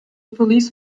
police